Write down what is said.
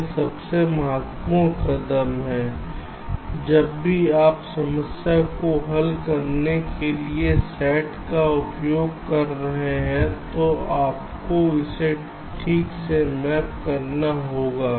यह सबसे महत्वपूर्ण कदम है जब भी आप समस्या को हल करने के लिए SAT का उपयोग कर रहे हैं तो आपको इसे ठीक से मैप करना होगा